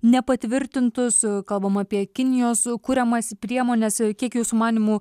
nepatvirtintus kalbama apie kinijos kuriamas priemones kiek jūsų manymu